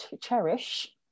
cherish